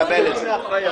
חד-חד-ערכי.